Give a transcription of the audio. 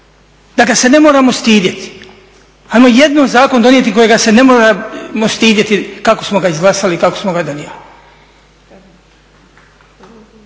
da ga se ne moramo stidjeti? Hajmo jednom zakon donijeti kojega se ne moramo stidjeti kako samo ga izglasali i kako smo ga donijeli.